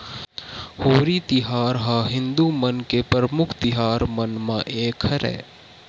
होरी तिहार ह हिदू मन के परमुख तिहार मन म एक हरय